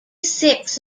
six